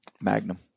Magnum